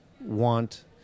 want